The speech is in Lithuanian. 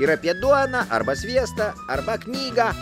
ir apie duoną arba sviestą arba knygą